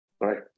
Right